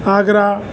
Agra